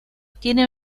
tiene